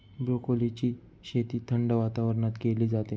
ब्रोकोलीची शेती थंड वातावरणात केली जाते